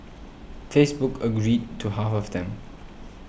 Facebook agreed to half of them